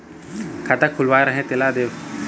खाता खुलवाय रहे तेला देव?